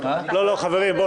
לא לא, חברים.